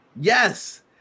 Yes